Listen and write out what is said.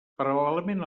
paral·lelament